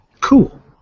Cool